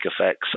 effects